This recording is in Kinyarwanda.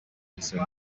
igisa